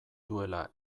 duela